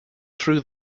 threw